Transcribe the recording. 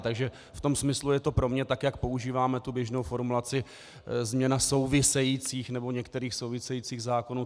Takže v tom smyslu je to pro mě tak, je používáme tu běžnou formulaci, změna souvisejících nebo některých souvisejících zákonů.